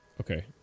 okay